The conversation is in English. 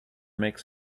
makes